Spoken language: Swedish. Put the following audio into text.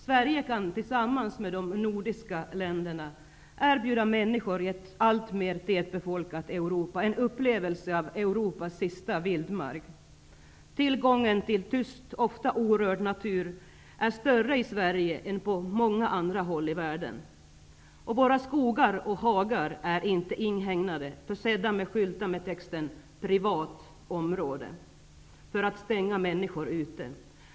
Sverige kan, tillsammans med de nordiska länderna, erbjuda människor i ett alltmer tätbefolkat Europa en upplevelse av Europas sista vildmark. Tillgången till tyst, ofta orörd natur är större i Sverige än på många andra håll i världen, och våra skogar och hagar är inte inhägnade, försedda med skyltar med texten ''Privat område'' för att stänga människor ute.